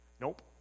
Nope